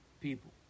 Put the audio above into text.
people